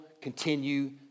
continue